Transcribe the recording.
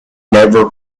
never